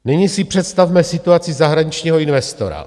Nyní si představme situaci zahraničního investora.